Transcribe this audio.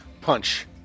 Punch